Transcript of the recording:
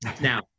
Now